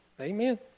Amen